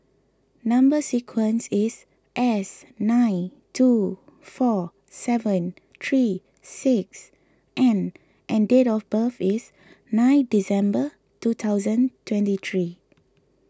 Number Sequence is S nine two four seven three six N and date of birth is nine December two thousand twenty three